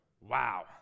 Wow